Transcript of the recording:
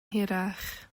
hirach